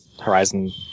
horizon